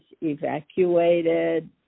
evacuated